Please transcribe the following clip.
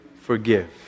forgive